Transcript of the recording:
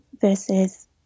versus